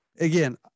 again